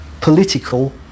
political